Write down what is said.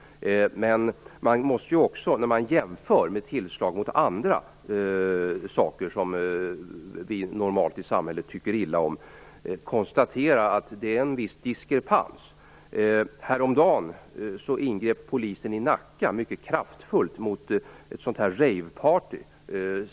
Men man måste också när man jämför med tillslag mot andra saker som vi normalt i samhället tycker illa om konstatera att det är en viss diskrepans. Häromdagen ingrep polisen i Nacka mycket kraftfullt mot ett sådant här rave party.